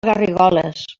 garrigoles